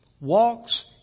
walks